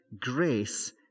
grace